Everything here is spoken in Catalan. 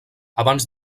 abans